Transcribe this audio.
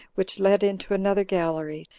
which led into another gallery,